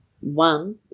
One